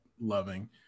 loving